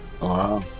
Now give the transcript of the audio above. Wow